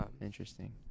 Interesting